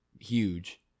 huge